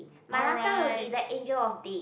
my last one will be the angel of date